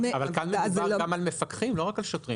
אבל כאן מדובר גם על מפקחים ולא רק על שוטרים.